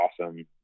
awesome